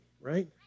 right